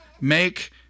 make